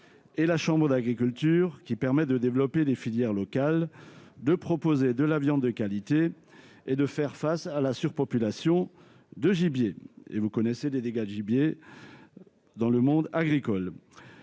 et la chambre d'agriculture qui permet de développer des filières locales, de proposer de la viande de qualité et de faire face à la surpopulation de gibier, dont on connaît les dégâts pour le monde agricole.